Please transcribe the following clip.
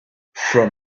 from